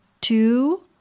two